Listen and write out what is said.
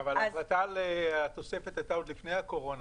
אבל ההחלטה על התוספת היתה עוד לפני הקורונה,